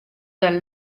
dêr